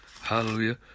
Hallelujah